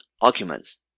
documents